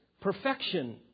perfection